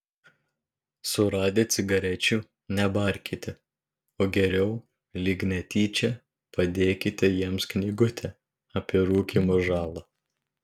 suradę cigarečių nebarkite o geriau lyg netyčia padėkite jiems knygutę apie rūkymo žalą